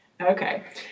Okay